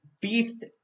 Beast